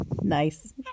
Nice